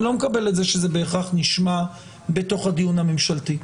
אני לא מקבל את זה שזה בהכרח נשמע בתוך הדיון הממשלתי.